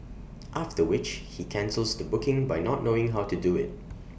after which he cancels the booking by not knowing how to do IT